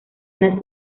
las